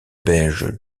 belge